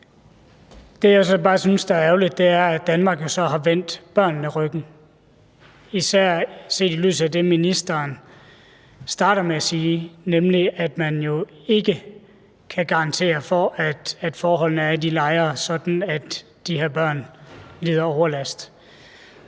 bare synes er ærgerligt, er, at Danmark har vendt børnene ryggen, især set i lyset af det, ministeren starter med at sige, nemlig at man jo ikke kan garantere for, at forholdene i de lejre er sådan, at de her børn ikke lider overlast.